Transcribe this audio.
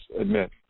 admit